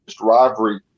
rivalry